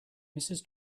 mrs